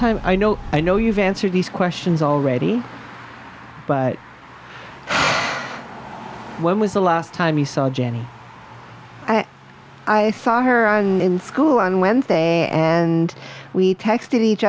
time i know i know you've answered these questions already but when was the last time you saw jenny and i saw her in school on wednesday and we